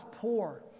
poor